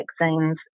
vaccines